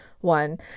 one